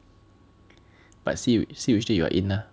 but see you see which date you are in ah